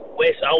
west